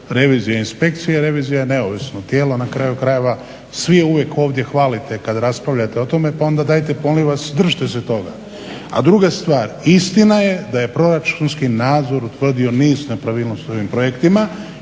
revizije i inspekcije. Revizija je neovisno tijelo, na kraju krajeva, svi uvijek ovdje hvalite kad raspravljate o tome, pa onda dajte molim vas držite se toga. A druga stvar, istina je da je proračunski nadzor utvrdio niz nepravilnosti u ovom projektima